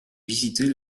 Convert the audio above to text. visiter